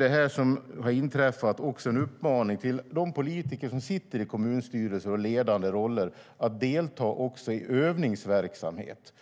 Det som har inträffat är också en uppmaning till de politiker som sitter i kommunstyrelser och ledande roller att delta i övningsverksamhet.